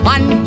One